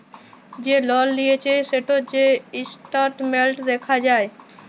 যে লল লিঁয়েছে সেটর যে ইসট্যাটমেল্ট দ্যাখা যায়